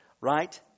right